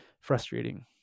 frustrating